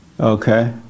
Okay